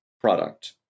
product